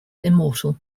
immortal